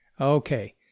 Okay